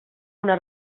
una